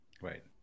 Right